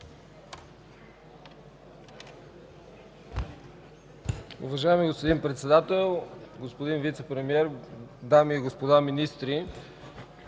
Уважаеми господин Председател, господин Вицепремиер, дами и господа министри!